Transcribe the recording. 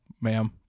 ma'am